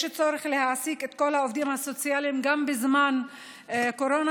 יש צורך להעסיק את כל העובדים הסוציאליים גם בזמן קורונה,